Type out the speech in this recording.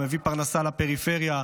מביאה פרנסה לפריפריה,